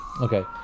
Okay